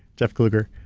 jeff kluger,